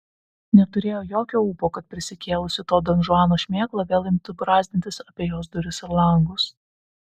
neturėjo jokio ūpo kad prisikėlusi to donžuano šmėkla vėl imtų brazdintis apie jos duris ir langus